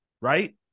right